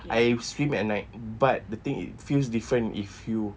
I swim at night but the thing it feels different if you